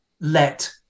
let